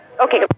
Okay